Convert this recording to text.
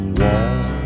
wall